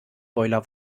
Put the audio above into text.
boiler